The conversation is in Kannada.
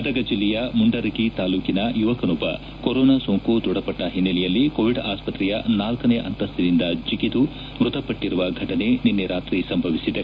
ಗದಗ ಜಿಲ್ಲೆಯ ಮುಂಡರಗಿ ತಾಲೂಕಿನ ಯುವಕನೊಬ್ಬ ಕೊರೋನಾ ಸೋಂಕು ದೃಢಪಟ್ಟ ಹಿನ್ನೆಲೆಯಲ್ಲಿ ಕೋವಿಡ್ ಆಸ್ತತ್ರೆಯ ನಾಲ್ಗನೇ ಅಂತಸ್ತಿನಿಂದ ಜಿಗಿದು ಮೃತಪಟ್ಟಿರುವ ಘಟನೆ ನಿನ್ನೆ ರಾತ್ರಿ ಸಂಭವಿಸಿದೆ